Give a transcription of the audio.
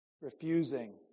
refusing